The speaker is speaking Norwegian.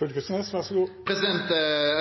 Eg